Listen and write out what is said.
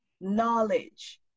knowledge